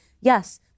yes